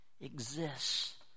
exists